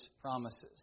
promises